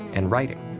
and writing.